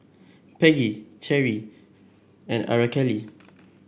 Peggy Cherie and Aracely